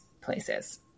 places